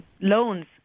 loans